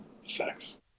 sex